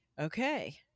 okay